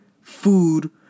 food